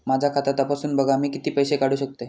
माझा खाता तपासून बघा मी किती पैशे काढू शकतय?